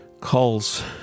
calls